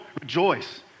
rejoice